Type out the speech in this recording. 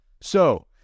So-